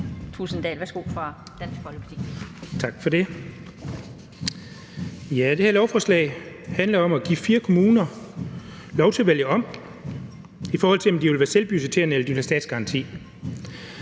Thulesen Dahl (DF): Tak for det. Det her lovforslag handler jo om at give 4 kommuner lov til at vælge om, i forhold til om de vil være selvbudgetterende, eller om de vil have statsgaranti.